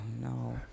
no